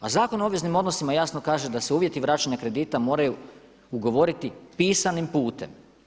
A Zakon o obveznim odnosima jasno kaže da se uvjeti vraćanja kredita moraju ugovoriti pisanim putem.